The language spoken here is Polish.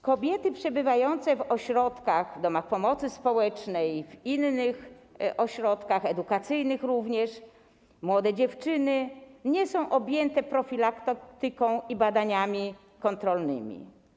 Kobiety przebywające w ośrodkach, domach pomocy społecznej, innych ośrodkach, edukacyjnych również, młode dziewczyny - nie są objęte profilaktyką i badaniami kontrolnymi.